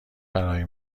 برای